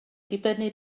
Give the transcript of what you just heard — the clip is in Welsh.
dibynnu